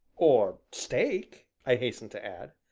or steak, i hastened to add.